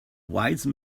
wise